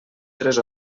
tres